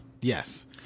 yes